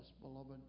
beloved